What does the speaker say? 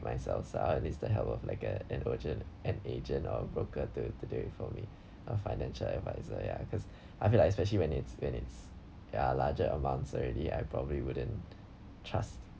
myself so I needs the help of like uh an urgent an agent or broker to to do for me or financial adviser ya because I feel like especially when it's when it's ya larger amounts already I probably wouldn't trust